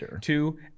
Two